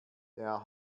der